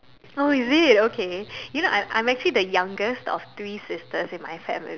oh is it okay you know I I'm actually the youngest of three sisters in my family